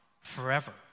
forever